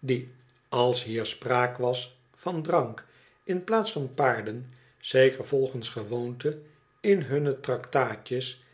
die als hier spraak was van drank in plaats van paarden zeker volgens gewoonte in hunne traktaatjes